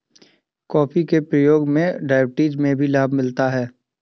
coffee के प्रयोग से डायबिटीज में भी लाभ मिलता है